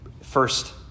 First